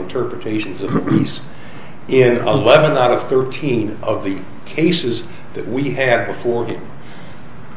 interpretations of release in a lesson out of thirteen of the cases that we had before